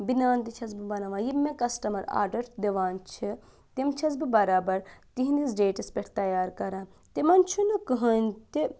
بِنیان تہِ چھَس بہٕ بَناوان یِم مےٚ کَسٹَمَر آرڈَر دِوان چھِ تِم چھَس بہٕ بَرابَر تِہِنٛدِس ڈیٹَس پٮ۪ٹھ تیار کَران تِمَن چھُنہٕ کٕہۭنۍ تہِ